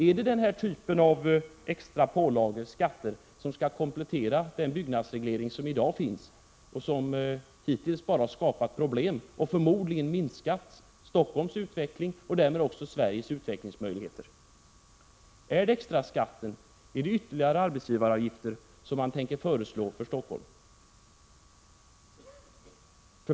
Är det skatter och andra typer av extra pålagor som skall komplettera den byggnadsreglering som i dag finns och som hittills har skapat problem och förmodligen minskat Stockholms och därmed också Sveriges utvecklingsmöjligheter? Är det extraskatt, är det ytterligare arbetsgivaravgifter som man tänker föreslå för Stockholm?